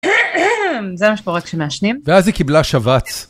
זה מה שקורה כשמעשנים, ואז היא קיבלה שבץ.